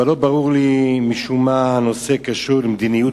אבל לא ברור לי, משום מה, איך הנושא קשור כלכלית